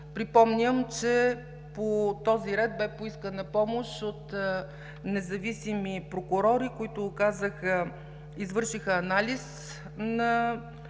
Припомням, че по този ред бе поискана помощ от независими прокурори, които извършиха анализ на